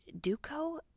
Duco